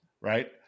right